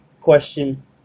question